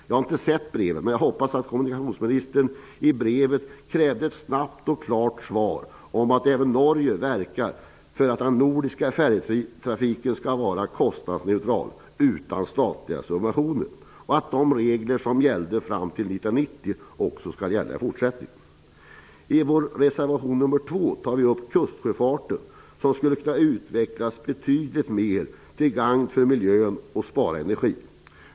Jag har inte sett brevet, men jag hoppas att kommunikationsministern krävde ett snabbt och klart besked om att även Norge verkar för att den nordiska färjetrafiken skall vara kostnadsneutral, utan statliga subventioner, och att de regler som gällde fram till 1990 skall gälla också i fortsättningen. I reservation 2 tar vi upp kustsjöfarten, som skulle kunna utvecklas betydligt mer, till gagn för miljö och energibesparing.